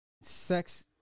sex